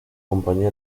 compañía